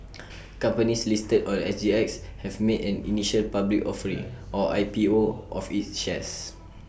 companies listed or G X have made an initial public offering or I P O of its shares